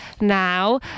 now